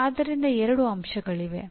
ಆದ್ದರಿಂದ 2 ಅಂಶಗಳಿವೆ